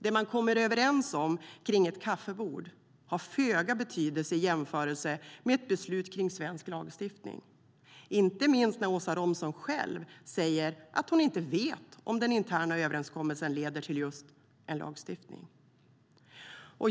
Det man kommer överens om kring ett kaffebord har dock föga betydelse i jämförelse med ett beslut om svensk lagstiftning, inte minst när Åsa Romson själv säger att hon inte vet om den interna överenskommelsen leder till just lagstiftning.